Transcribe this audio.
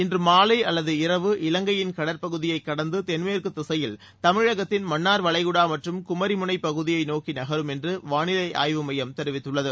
இன்று மாலை அல்லது இரவு இலங்கையின் கடற் பகுதியை கடந்து தென்மேற்கு திசையில் தமிழகத்தின் மன்னார் வளைகுடா மற்றும் குமரி முனை பகுதியை நோக்கி நகரும் என்று வானிலை ஆய்வுமையம் தெரிவித்துள்ளது